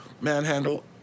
manhandle